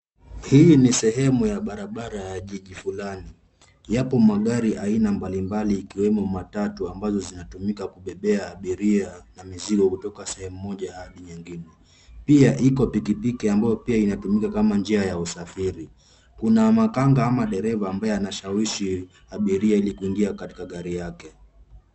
Hii ni sehemu ya barabara ya jiji fulani. Yapo magari aina mbalimbali ikiwemo matatu ambazo zinatumika kubebea abiria na mizigo kutoka sehemu moja hadi nyingine. Pia iko pikipiki ambayo pia inatumika kama njia ya usafiri. Kuna makanga ama dereva ambaye anashawishi abiria ili kuingia katika gari yake.